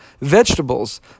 vegetables